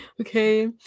okay